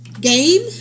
game